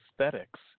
aesthetics